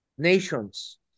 nations